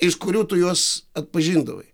iš kurių tu juos atpažindavai